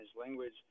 language